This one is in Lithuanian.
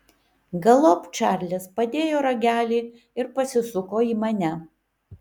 galop čarlis padėjo ragelį ir pasisuko į mane